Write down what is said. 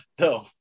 No